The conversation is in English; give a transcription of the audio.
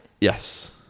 Yes